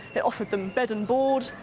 it offered them bed and board,